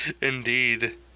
Indeed